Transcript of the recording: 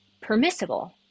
permissible